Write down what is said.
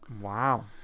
wow